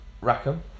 Rackham